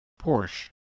Porsche